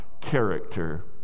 character